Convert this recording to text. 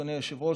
אדוני היושב-ראש,